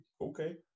Okay